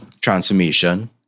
transformation